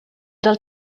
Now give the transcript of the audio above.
del